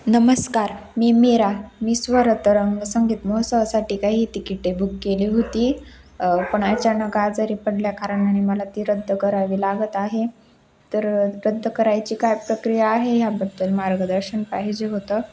नमस्कार मी मीरा मी स्वरतरंग संगीत महोत्सवासाठी काही तिकिटे बुक केली होती पण अचानक आजारी पडल्या कारणाने मला ती रद्द करावी लागत आहे तर रद्द करायची काय प्रक्रिया आहे ह्याबद्दल मार्गदर्शन पाहिजे होतं